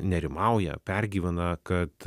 nerimauja pergyvena kad